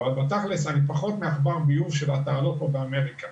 אבל בתכל'ס אני פחות מעכבר ביוב של התעלות פה באמריקה.